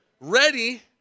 ready